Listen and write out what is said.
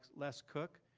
les cook.